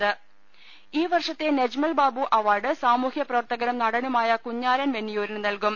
രുട്ടിട്ട്ടിട ഈ വർഷത്തെ നജ്മൽ ബാബു അവാർഡ് സാമൂഹ്യ പ്രവർത്തകനും നടനുമായ കുഞ്ഞാലൻ വെന്നിയൂരിന് നൽകും